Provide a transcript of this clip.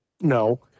No